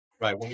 right